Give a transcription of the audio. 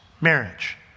marriage